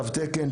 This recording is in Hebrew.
תו תקן,